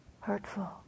hurtful